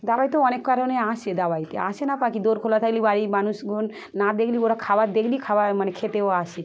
দাওয়াতেও অনেক কারণে আসে দাওয়াতে আসে না পাখি দোর খোলা থাকলে বাড়ির মানুষগণ না দেখলে ওরা খাবার দেখলে খাবার মানে খেতে ও আসে